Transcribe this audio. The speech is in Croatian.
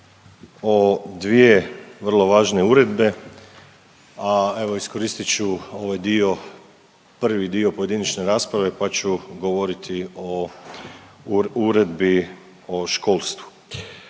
o dvije vrlo važne uredbe, a evo iskoristit ću ovaj dio, prvi dio pojedinačne rasprave, pa ću govoriti o Uredbi o školstvu.